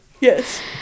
Yes